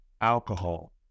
Alcohol